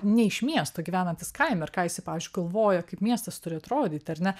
ne iš miesto gyvenantis kaime ar ką jisai pavyzdžiui galvoja kaip miestas turi atrodyt ar ne